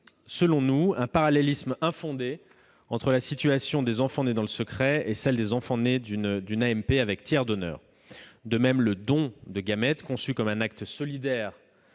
selon nous un parallélisme infondé entre la situation des enfants nés dans le secret et celle des enfants nés d'une AMP avec tiers donneur. De même, le « don » de gamètes, conçu comme un acte solidaire